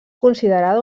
considerada